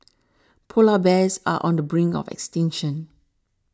Polar Bears are on the brink of extinction